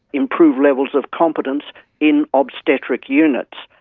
improved levels of competence in obstetric units,